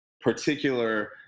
particular